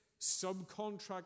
subcontract